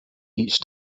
each